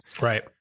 Right